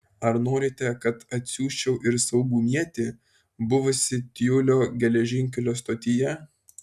ar norite kad atsiųsčiau ir saugumietį buvusį tiulio geležinkelio stotyje